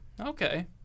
Okay